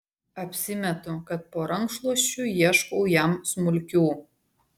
apsimetu kad po rankšluosčiu ieškau jam smulkių